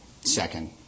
second